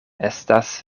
estas